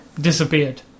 Disappeared